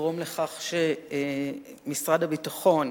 שיגרום לכך שמשרד הביטחון,